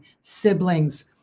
Siblings